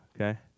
okay